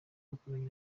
bakoranye